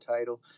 title